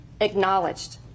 acknowledged